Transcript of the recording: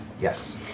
Yes